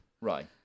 Right